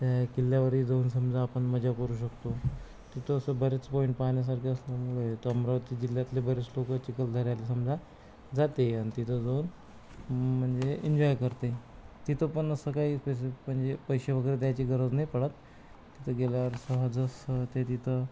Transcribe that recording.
त्या किल्ल्यावरही जाऊन समजा आपण मजा करू शकतो तिथं असे बरेच पॉईंट पाहण्यासारखे असल्यामुळे अमरावती जिल्ह्यातले बरेच लोकं चिखलदऱ्याला समजा जाते आणि तिथं जाऊन म्हणजे एन्जॉय करते तिथं पण असं काही स्पेसिफिक म्हणजे पैसे वगैरे द्यायची गरज नाही पडत तिथे गेल्यावर सहज ते तिथं